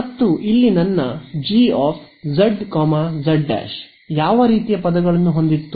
ಮತ್ತು ಇಲ್ಲಿ ನನ್ನ G z z ' ಯಾವ ರೀತಿಯ ಪದಗಳನ್ನು ಹೊಂದಿತ್ತು